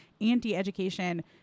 anti-education